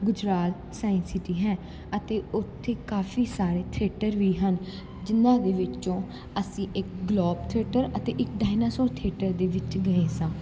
Gujral science city ਹੈ ਅਤੇ ਉੱਥੇ ਕਾਫੀ ਸਾਰੇ ਥਿਏਟਰ ਵੀ ਹਨ ਜਿਨ੍ਹਾਂ ਦੇ ਵਿੱਚੋਂ ਅਸੀਂ ਇੱਕ ਗਲੋਬ ਥਿਏਟਰ ਅਤੇ ਇੱਕ ਡਾਇਨਾਸੋਰ ਥਿਏਟਰ ਦੇ ਵਿੱਚ ਗਏ ਸਾਂ